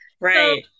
right